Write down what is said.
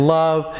love